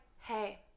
hey